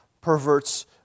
Perverts